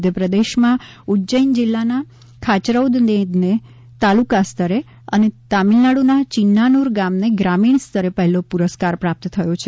મધ્યપ્રદેશમાં ઉજ્જૈન જિલ્લાના ખાયરૌદનેદને તાલુકા સ્તરે અને તમિલનાડુના ચિન્નાનુર ગામને ગ્રામીણ સ્તરે પહેલો પુરસ્કાર પ્રાપ્ત થયો છે